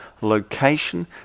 location